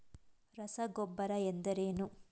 ರಸಗೊಬ್ಬರ ಎಂದರೇನು?